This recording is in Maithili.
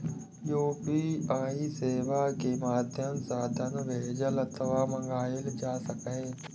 यू.पी.आई सेवा के माध्यम सं धन भेजल अथवा मंगाएल जा सकैए